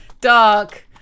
dark